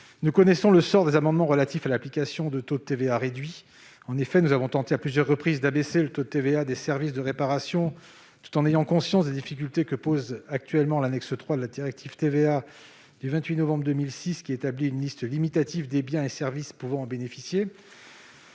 Nous connaissons le sort des amendements visant à instaurer des taux de TVA réduits : en effet, nous avons tenté à plusieurs reprises d'abaisser le taux de TVA des services de réparation, tout en ayant conscience des difficultés que pose actuellement l'annexe III de la directive TVA du 28 novembre 2006, qui établit une liste limitative des biens et services pouvant en bénéficier.